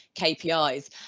KPIs